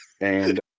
And-